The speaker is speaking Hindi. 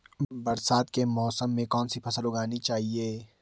बरसात के मौसम में कौन सी फसल उगानी चाहिए?